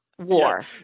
War